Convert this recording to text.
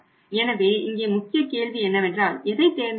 எனவே இங்கே முக்கிய கேள்வி என்னவென்றால் எதைத் தேர்ந்தெடுப்பது